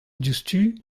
diouzhtu